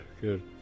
good